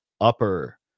upper